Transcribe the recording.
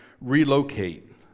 relocate